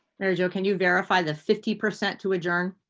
mary jo can you verify the fifty percent to adjourn?